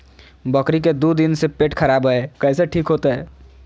बकरी के दू दिन से पेट खराब है, कैसे ठीक होतैय?